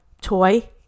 Toy